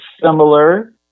similar